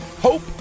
Hope